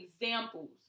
examples